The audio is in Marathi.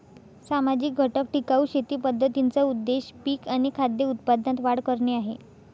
सामाजिक घटक टिकाऊ शेती पद्धतींचा उद्देश पिक आणि खाद्य उत्पादनात वाढ करणे आहे